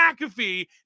McAfee